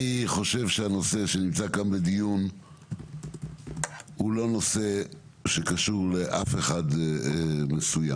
אני חושב שהנושא שנמצא כאן בדיון הוא לא נושא שקשור לאף אחד מסוים.